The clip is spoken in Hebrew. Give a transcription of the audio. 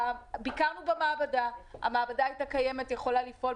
ביקרנו במעבדה, המעבדה הייתה קיימת, יכולה לפעול.